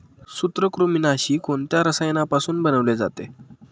सूत्रकृमिनाशी कोणत्या रसायनापासून बनवले जाते?